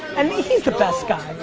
and he's the best guy.